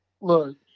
Look